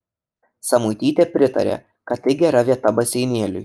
samuitytė pritarė kad tai gera vieta baseinėliui